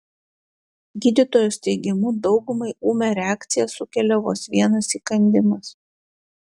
gydytojos teigimu daugumai ūmią reakciją sukelia vos vienas įkandimas